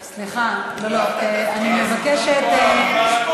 סליחה, לא, לא, אני מבקשת, לשמוע את זה.